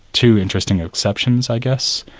two interesting exceptions, i guess,